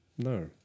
No